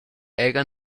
era